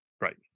Right